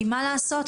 מה לעשות,